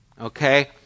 Okay